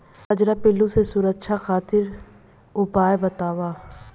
कजरा पिल्लू से सुरक्षा खातिर उपाय बताई?